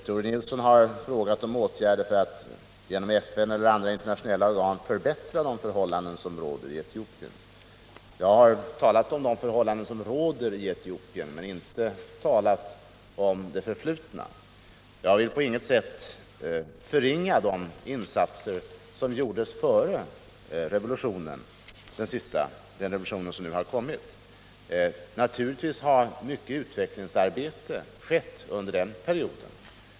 Tore Nilsson har frågat om åtgärder för att genom FN eller andra internationella organ förbättra de förhållanden som råder i Etiopien. Jag har talat om de förhållanden som råder i Etiopien, men inte om det förflutna. Jag vill på intet sätt förringa de insatser som gjordes före revolutionen. Naturligtvis har mycket utvecklingsarbete skett under den perioden.